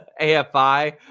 AFI